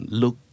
look